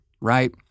right